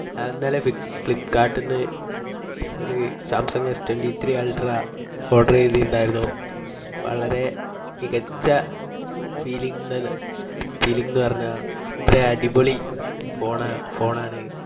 ഞാൻ ഇന്നലെ ഫ്ലിപ് ഫ്ലിപ്കാർട്ടിൽ ഒരു Samsung S twenty three Ultra order ചെയ്തിട്ടുണ്ടയിരുന്നു വളരെ മികച്ച ഫീലിംഗ് നൽ ഫീലിങ്ങെന്ന് പറഞ്ഞാൽ അത്ര അടിപൊളി ഫോണാണ് ഫോൺ ആണ്